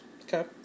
Okay